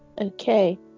okay